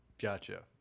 Gotcha